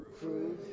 Prove